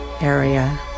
area